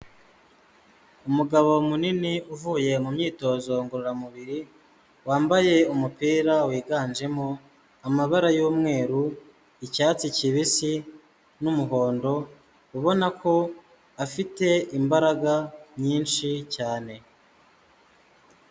Umugabo munini uvuye mu myitozo ngororamubiri wambaye umupira wiganjemo amabara y'umweru, icyatsi kibisi n'umuhondo ubona ko afite imbaraga nyinshi cyane.